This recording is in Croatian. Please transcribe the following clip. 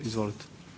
Izvolite.